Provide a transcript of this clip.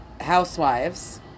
Housewives